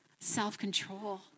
self-control